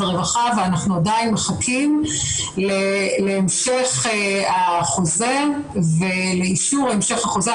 הרווחה ואנחנו עדיין מחכים להמשך החוזה ולאישור המשך החוזה.